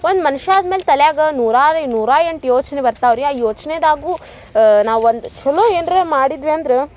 ಒಂದು ಮನುಷ್ಯ ಆದ್ಮೇಲೆ ತಲ್ಯಾಗ ನೂರಾರೆ ನೂರಾ ಎಂಟು ಯೋಚನೆ ಬರ್ತಾವು ರೀ ಆ ಯೋಚ್ನೆದಾಗು ನಾ ಒಂದು ಛಲೋ ಏನ್ರ ಮಾಡಿದ್ವಿ ಅಂದ್ರ